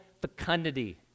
fecundity